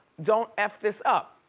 don't f this up,